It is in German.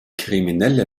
kriminelle